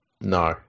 No